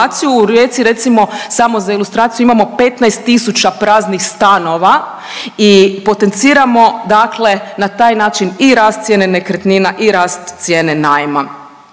U Rijeci recimo samo za ilustraciju imamo 15000 praznih stanova i potenciramo, dakle na taj način i rast cijene nekretnina i rast cijene najma.